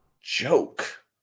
Joke